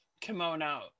kimono